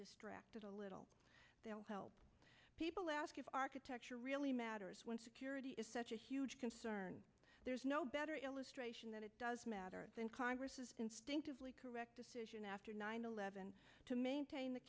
distracted a little help people ask if architecture really matters when security is such a huge concern there's no better illustration that it does matter than congress is instinctively correct decision after nine eleven to maintain the